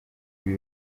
ibi